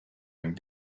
ein